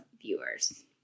viewers